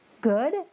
good